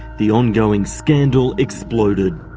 the ongoing scandal exploded.